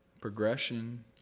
Progression